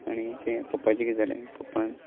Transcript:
आनी तें पप्पाचें कितें जालें पप्पान